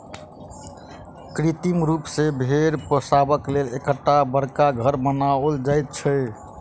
कृत्रिम रूप सॅ भेंड़ पोसबाक लेल एकटा बड़का घर बनाओल जाइत छै